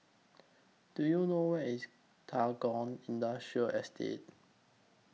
Do YOU know Where IS Tagore Industrial Estate